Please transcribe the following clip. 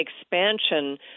expansion